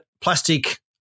plastic